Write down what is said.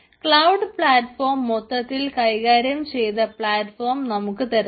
cloud platform മൊത്തത്തിൽ കൈകാര്യം ചെയ്ത പ്ലാറ്റ്ഫോം നമുക്ക് തരുന്നു